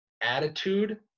attitude